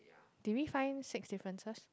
do you find six differences